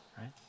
right